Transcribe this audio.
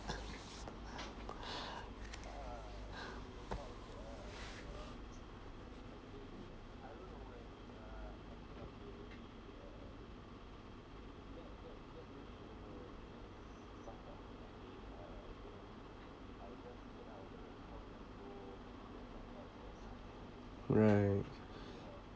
right